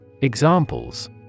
Examples